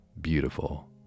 beautiful